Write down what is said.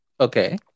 Okay